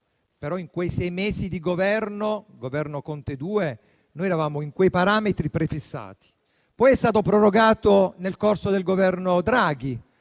però in quei sei mesi di Governo Conte II noi eravamo in quei parametri prefissati. È stato prorogato nel corso del Governo Draghi,